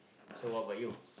so what about you